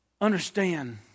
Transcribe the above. understand